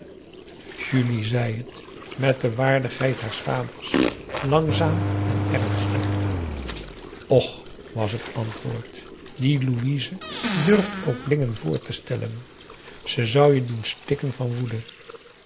julie zei het met de waardigheid haars vaders langzaam en ernstig och was t antwoord die louise durft ook dingen voor te stellen ze zou je doen stikken van woede